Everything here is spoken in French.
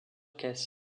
caisses